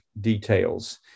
details